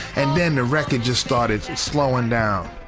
and then the record just started slowing down.